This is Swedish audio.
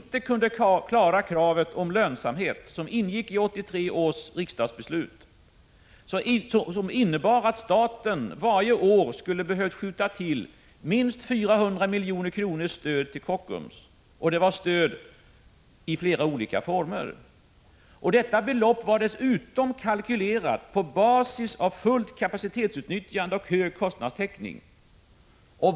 1985/86:155 klara det krav på lönsamhet som ingick i 1983 års beslut innebar att staten 29 maj 1986 varje år skulle ha behövt skjuta till minst 400 milj.kr. i stöd till Kockums. Det var fråga om stöd i olika former. Beloppet var dessutom kalkylerat på basis av fullt kapacitetsutnyttjande och hög kostnadstäckning.